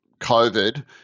COVID